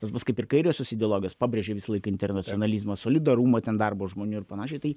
tas bus kaip ir kairiosios ideologijos pabrėžė visąlaik internacionalizmą solidarumo ten darbo žmonių ir panašią tai